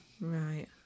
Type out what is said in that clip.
Right